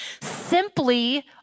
simply